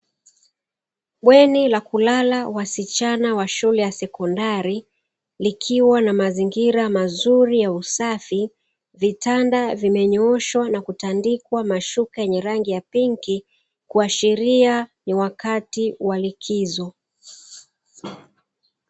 Bweni la kulala wasichana wa shule ya sekondari likiwa na mazingira mazuri ya usafi, vitanda vimenyooshwa na kutandikwa mashuka yenye rangi ya pinki, kuashiria ni wakati wa likizo.